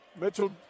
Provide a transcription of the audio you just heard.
Mitchell